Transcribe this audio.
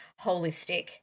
holistic